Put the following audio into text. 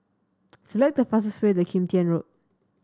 select the fastest way to Kim Tian Road